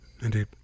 indeed